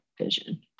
vision